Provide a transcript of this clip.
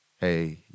Hey